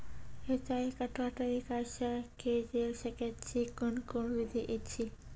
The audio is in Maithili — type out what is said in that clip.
सिंचाई कतवा तरीका सअ के जेल सकैत छी, कून कून विधि ऐछि?